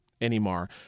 anymore